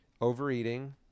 overeating